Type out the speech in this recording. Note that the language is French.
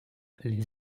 les